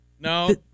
no